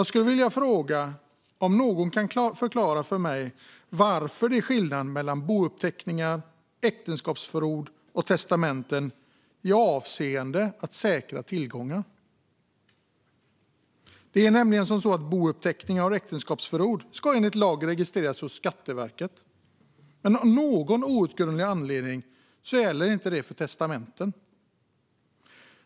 Kan någon förklara för mig varför det är skillnad mellan bouppteckningar, äktenskapsförord och testamenten när det handlar om att säkerställa vad som sker med tillgångar? Bouppteckningar och äktenskapsförord ska enligt lag registreras hos Skatteverket, men av någon outgrundlig anledning gäller det inte testamenten.